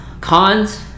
Cons